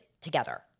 together